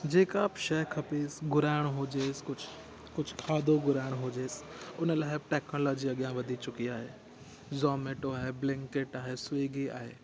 जेका बि शइ खपेसि घुराइणो हुजेसि कुझु कुझु खाधो घुराइणो हुजेसि उन लाइ टेक्नोलॉजी अॻियां वधी चुकी आहे ज़ोमेटो आहे ब्लिंकिट आहे स्विगी आहे